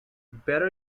better